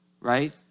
right